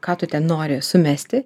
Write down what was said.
ką tu ten nori sumesti